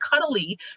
cuddly